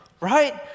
right